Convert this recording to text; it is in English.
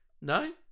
no